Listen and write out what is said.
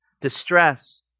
distress